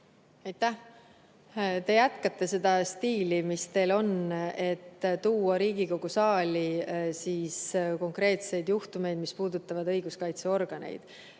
Te jätkate selles stiilis, mis teil on, toote Riigikogu saali konkreetseid juhtumeid, mis puudutavad õiguskaitseorganeid.